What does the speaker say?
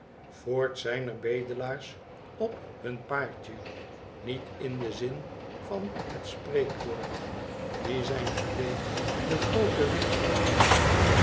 voorts zijn er bedelaars op hun paardje niet in den zin van het spreekwoord die zijn gereed den grooten weg op te gaan